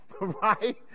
Right